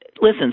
listen